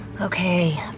Okay